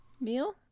meal